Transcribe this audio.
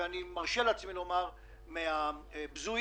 אני לא אחזור לדבר על החשיבות של המגזר